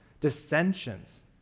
Dissensions